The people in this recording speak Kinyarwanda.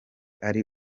ari